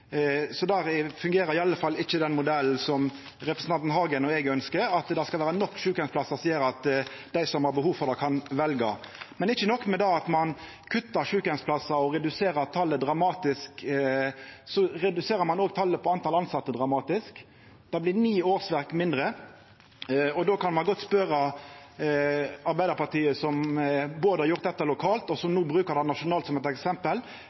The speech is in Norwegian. fungerer i alle fall ikkje den modellen som representanten Hagen og eg ønskjer oss, at det skal vera nok sjukeheimsplassar, noko som gjer at dei som har behov, kan velja. Ikkje nok med at ein kuttar i sjukeheimsplassar ved å redusera talet dramatisk, ein reduserer òg talet på tilsette dramatisk. Det blir ni årsverk mindre. Då kan ein godt spørja Arbeidarpartiet, som både har gjort dette lokalt og no brukar det nasjonalt som eit eksempel: